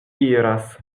iras